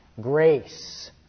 Grace